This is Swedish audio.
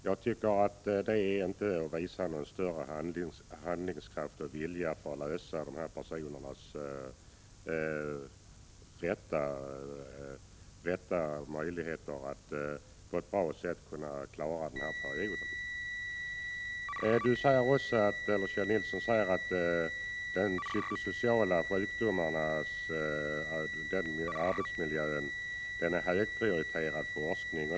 Jag tycker inte att det är att visa någon större handlingskraft och vilja när det gäller att tillse att de personer det gäller skall kunna klara sig igenom graviditetsperioden på ett bra sätt. Kjell Nilsson säger också att psykosociala sjukdomsorsaker i arbetsmiljön är en högprioriterad forskningsuppgift.